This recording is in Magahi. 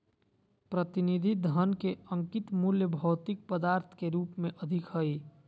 प्रतिनिधि धन के अंकित मूल्य भौतिक पदार्थ के रूप में अधिक हइ